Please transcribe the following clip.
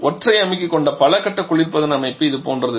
ஒற்றை அமுக்கி கொண்ட பல கட்ட குளிர்பதன அமைப்பு இது போன்றது